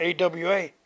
AWA